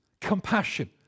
compassion